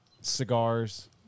Cigars